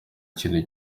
kintu